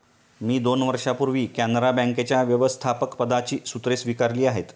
मी दोन वर्षांपूर्वी कॅनरा बँकेच्या व्यवस्थापकपदाची सूत्रे स्वीकारली आहेत